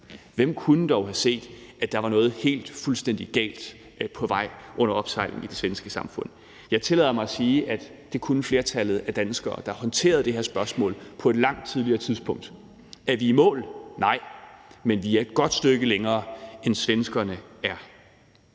Hvem kunne dog have set, at der var noget helt, fuldstændig galt på vej og under opsejling i det svenske samfund? Jeg tillader mig at sige, at det kunne flertallet af danskere, der håndterede det her spørgsmål på et langt tidligere tidspunkt. Er vi i mål? Nej. Men vi er et godt stykke længere, end svenskerne er.